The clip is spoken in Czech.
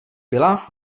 byla